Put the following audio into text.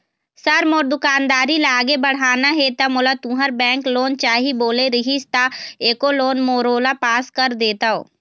Sir मोर दुकानदारी ला आगे बढ़ाना हे ता मोला तुंहर बैंक लोन चाही बोले रीहिस ता एको लोन मोरोला पास कर देतव?